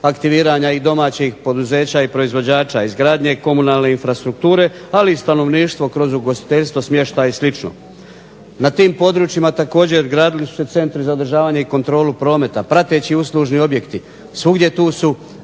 aktiviranja i domaćih poduzeća i proizvođača, izgradnje komunalne infrastrukture, ali i stanovništvo kroz ugostiteljstvo, smještaj i slično. Na tim područjima također gradili su se centri za održavanje i kontrolu prometa, prateći uslužni objekti.